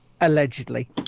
Allegedly